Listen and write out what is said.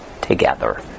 together